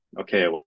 okay